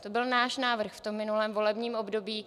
To byl náš návrh v minulém volebním období.